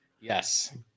Yes